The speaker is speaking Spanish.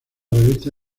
revista